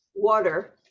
water